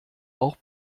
auch